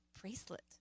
bracelet